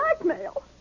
Blackmail